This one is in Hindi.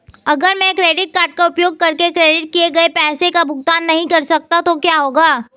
अगर मैं क्रेडिट कार्ड का उपयोग करके क्रेडिट किए गए पैसे का भुगतान नहीं कर सकता तो क्या होगा?